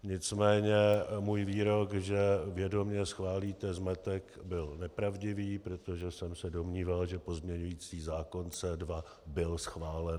Nicméně můj výrok, že vědomě schválíte zmetek, byl nepravdivý, protože jsem se domníval, že pozměňovací návrh C2 byl schválen.